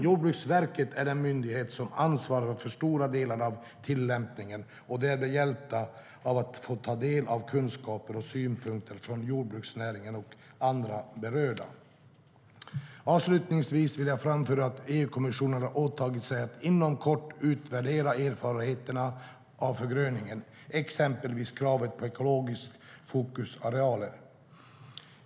Jordbruksverket är den myndighet som ansvarar för stora delar av tillämpningen, och de är behjälpta av att få ta del av kunskaper och synpunkter från jordbruksnäringen och andra berörda. Avslutningsvis vill jag framföra att EU-kommissionen har åtagit sig att inom kort utvärdera erfarenheterna av förgröningen, exempelvis kravet på ekologiska fokusarealer.